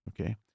okay